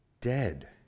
Dead